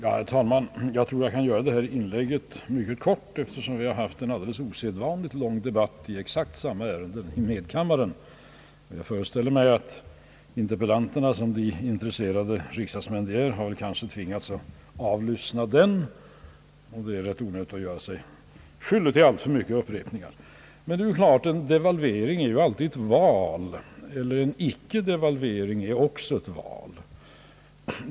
Herr talman! Jag tror att jag kan göra detta inlägg mycket kort, eftersom det har förts en osedvanligt lång debatt i exakt samma ärende i medkammaren. Jag föreställer mig att interpellanterna, som de intresserade riksdagsmän de är, kanske tvingats att lyssna till den debatten, och det är då rätt onödigt att göra sig skyldig till alltför många upprepningar. Det är klart att en devalvering alltid innebär ett val — och en icke devalvering innebär också ett val.